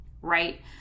right